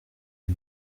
est